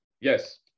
Yes